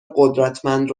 قدرتمند